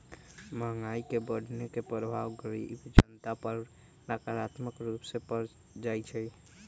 महंगाई के बढ़ने के प्रभाव गरीब जनता पर नकारात्मक रूप से पर जाइ छइ